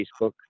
Facebook